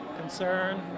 concern